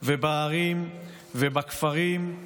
ובערים ובכפרים,